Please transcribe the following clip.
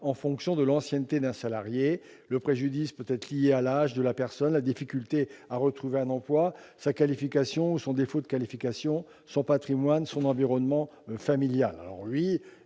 en fonction de l'ancienneté d'un salarié. Le préjudice peut être lié à l'âge de la personne, la difficulté à retrouver un emploi, sa qualification ou son défaut de qualification, son patrimoine, son environnement familial